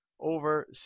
over